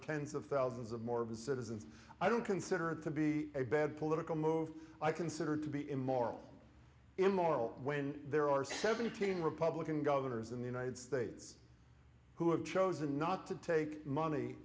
tens of thousands of more of his citizens i don't consider it to be a bad political move i consider to be immoral immoral when there are seventeen republican governors in the united states who have chosen not to take money